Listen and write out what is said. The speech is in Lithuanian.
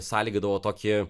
sąlygodavo tokį